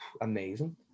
amazing